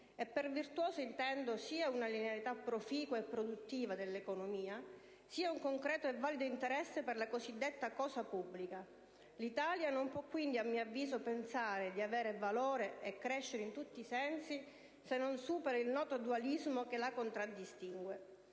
E per virtuose intendo sia una linearità proficua e produttiva dell'economia sia un concreto e valido interesse per la cosiddetta cosa pubblica. L'Italia non può, quindi, a mio avviso, pensare di avere valore e di crescere in tutti i sensi se non supera il noto dualismo che la contraddistingue.